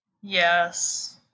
Yes